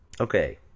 Okay